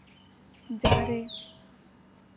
ᱡᱟᱦᱟᱸ ᱨᱮ